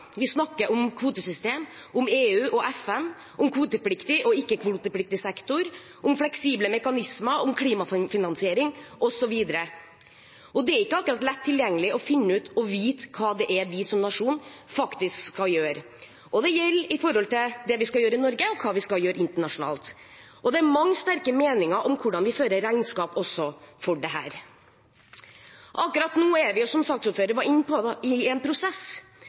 Vi slenger rundt oss med prosenter, vi snakker om kvotesystem, om EU og FN, om kvotepliktig og ikke-kvotepliktig sektor, om fleksible mekanismer, om klimafinansiering osv. Det er ikke akkurat lett tilgjengelig å finne ut og vite hva vi som nasjon faktisk skal gjøre. Det gjelder det vi skal gjøre i Norge, og det vi skal gjøre internasjonalt. Det er mange sterke meninger om hvordan vi fører regnskap også for det her. Akkurat nå er vi, som saksordføreren var inne på, i en prosess.